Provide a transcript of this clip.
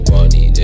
Money